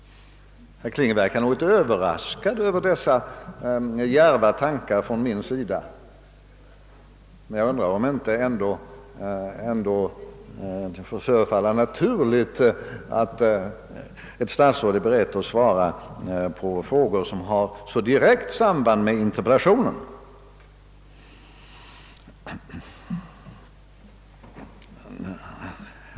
Herr Kling verkar något överraskad över dessa mina djärva tankar, men jag undrar om det inte ändå förefaller naturligt att ett statsråd är beredd att svara på frågor som har så direkt samband med interpellationen.